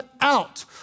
out